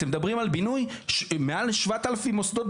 אתם מדברים על בינוי מעל ל-7,000 מוסדות